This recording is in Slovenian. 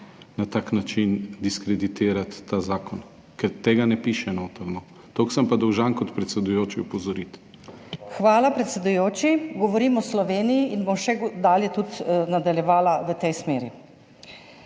na tak način diskreditirati ta zakon, ker tega ne piše noter. Toliko sem pa dolžan kot predsedujoči opozoriti. DR. TATJANA GREIF (PS Levica): Hvala predsedujoči. Govorim o Sloveniji in bom še dalje tudi nadaljevala v tej smeri.